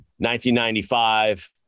1995